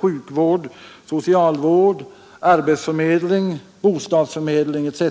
sjukvård, socialvård, arbetsförmedling, bostadsförmedling etc.